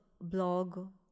blog